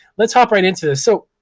let's hop right into this. so,